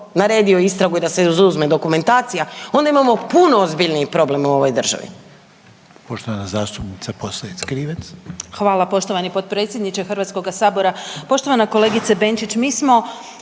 naredio istragu i da se izuzme dokumentacija onda imamo puno ozbiljni problem u ovoj državi.